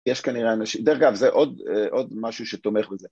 ‫יש כנראה אנשים... דרך אגב, ‫זה עוד, עוד משהו שתומך לזה.